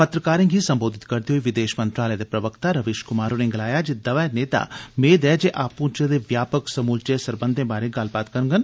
पत्रकारें गी संबोधत करदे होई विदेश मंत्रालय दे प्रवक्ता रवीश कुमार होरें गलाया जे दवै नेता मेद ऐ जे आपूर्वे दे व्यापक समूलचे सरबंधैं बारे गल्लबात करगंन